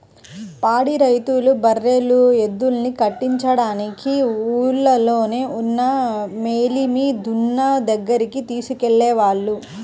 పాడి రైతులు బర్రెలు, ఎద్దుల్ని కట్టించడానికి ఊల్లోనే ఉన్న మేలిమి దున్న దగ్గరికి తీసుకెళ్ళేవాళ్ళు